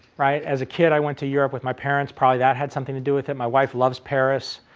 right? as a kid, i went to europe with my parents, probably that had something to do with it. my wife loves paris.